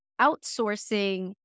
outsourcing